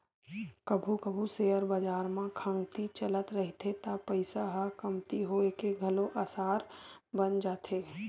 कभू कभू सेयर बजार म खंगती चलत रहिथे त पइसा ह कमती होए के घलो असार बन जाथे